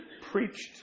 preached